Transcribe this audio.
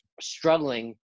struggling